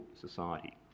society